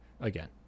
again